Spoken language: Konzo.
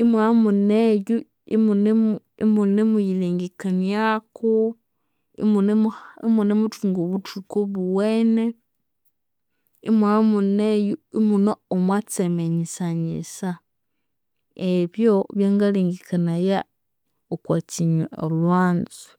imwabya imune eyo, imunemu imunemuyilengekaniaku, imunemuthunga obuthuku obuwene, imwabya imune eyo omwatseme nyisanyisa, ebyo byangalengekanaya okwakyinywe olhwanzu.